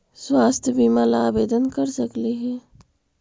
स्वास्थ्य बीमा ला आवेदन कर सकली हे?